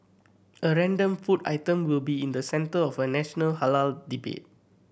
a random food item will be in the centre of a national halal debate